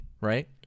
right